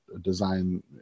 design